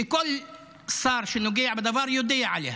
שכל שר שנוגע בדבר יודע עליה.